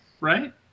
right